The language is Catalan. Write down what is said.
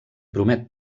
promet